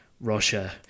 Russia